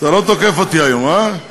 אתה לא תוקף אותי היום, מה?